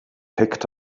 picked